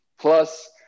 Plus